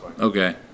okay